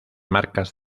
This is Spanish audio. marcas